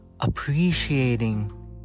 appreciating